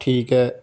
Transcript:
ਠੀਕ ਹੈ